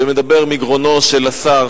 שמדבר מגרונו של השר,